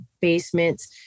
basements